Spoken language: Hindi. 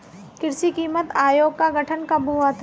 कृषि कीमत आयोग का गठन कब हुआ था?